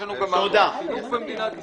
יש לנו גם מערכת חינוך במדינת ישראל.